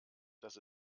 dass